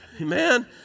amen